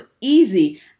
easy